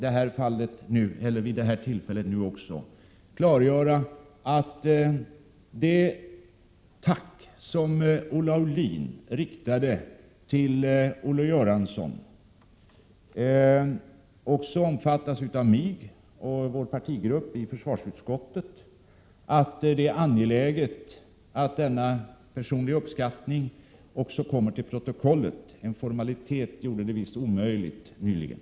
Jag vill vid detta tillfälle också klargöra att det tack som Olle Aulin riktade till Olle Göransson också omfattas av mig och vår partigrupp i försvarsutskottet. Det är angeläget att denna vår personliga uppskattning av Olle Göransson kommer till protokollet.